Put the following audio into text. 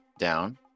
down